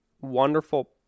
wonderful